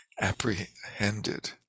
apprehended